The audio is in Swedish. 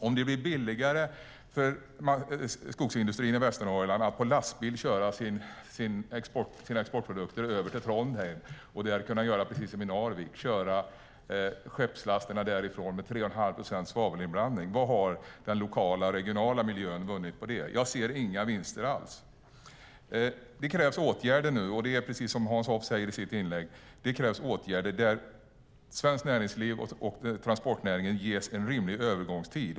Om det blir billigare för skogsindustrin i Västernorrland att på lastbil köra sina exportprodukter över till Trondheim och där kunna göra precis som man gör i Narvik, köra skeppslasterna därifrån med tre och en halv procents svavelinblandning, vad har då den lokala och regionala miljön vunnit på det? Jag ser inga vinster alls. Det krävs åtgärder nu. Det är precis som Hans Hoff säger i sitt inlägg, nämligen att det krävs åtgärder som innebär att svenskt näringsliv och transportnäringen ges en rimlig övergångstid.